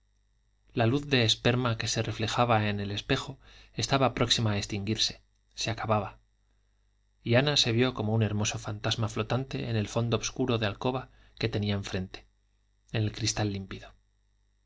la luz de esperma que se reflejaba en el espejo estaba próxima a extinguirse se acababa y ana se vio como un hermoso fantasma flotante en el fondo obscuro de alcoba que tenía enfrente en el cristal límpido